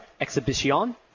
Exhibition